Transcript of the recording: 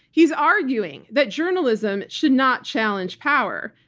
he's arguing that journalism should not challenge power.